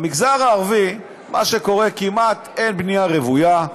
במגזר הערבי, מה שקורה זה שכמעט אין בנייה רוויה.